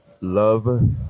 love